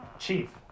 Chief